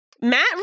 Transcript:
matt